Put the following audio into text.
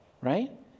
right